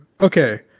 Okay